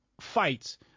fights